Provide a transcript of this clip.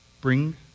bring